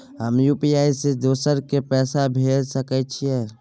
हम यु.पी.आई से दोसर के पैसा भेज सके छीयै?